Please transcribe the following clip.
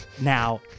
now